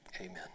Amen